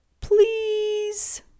Please